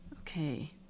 okay